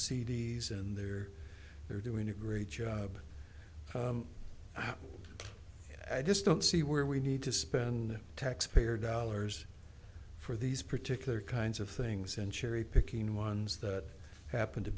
d s and they're they're doing a great job i just don't see where we need to spend taxpayer dollars for these particular kinds of things and cherry picking ones that happen to